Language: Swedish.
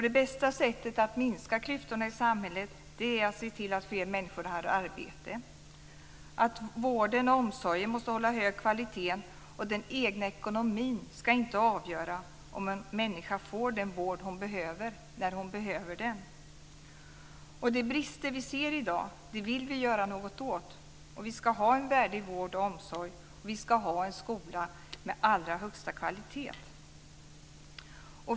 Det bästa sättet att minska klyftorna i samhället är att se till att fler människor har arbete. Vården och omsorgen måste hålla hög kvalitet, och den egna ekonomin skall inte avgöra om en människa får den vård hon behöver när hon behöver den. De brister vi ser i dag vill vi göra något åt. Vi skall ha en värdig vård och omsorg. Vi skall ha en skola med allra högsta kvalitet.